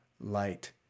light